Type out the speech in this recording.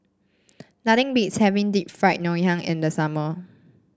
nothing beats having Deep Fried Ngoh Hiang in the summer